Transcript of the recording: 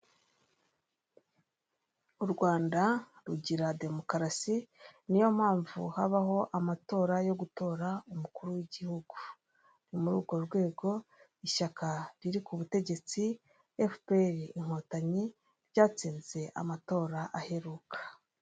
U Rwanda rugira demokarasi niyompamvu habaho amatora yo gutora umukuru w'igihugu. Ni muri urwo rwego ishyaka riri ku butegetsi efu pe eri inkotanyi, ryatsinze amatora aheruka.